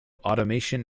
automation